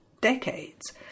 decades